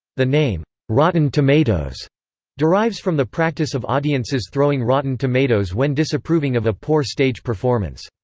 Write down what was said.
the name rotten tomatoes derives from the practice of audiences throwing rotten tomatoes when disapproving of a poor stage performance.